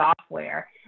software